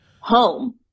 home